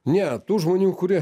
ne tų žmonių kurie